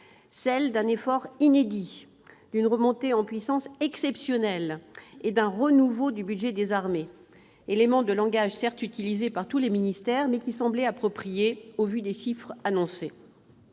celles d'un effort inédit, d'une remontée en puissance exceptionnelle et d'un renouveau du budget des armées, éléments de langage certes utilisés par tous les ministères, mais qui semblaient appropriés au vu des chiffres annoncés.